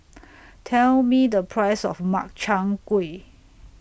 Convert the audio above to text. Tell Me The Price of Makchang Gui